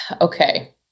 okay